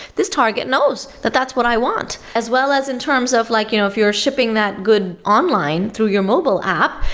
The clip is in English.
this target knows that that's what i want. as well as in terms of like you know if you're shipping that good um line through your mobile app.